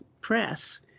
press